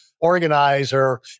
organizer